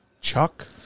Chuck